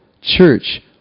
church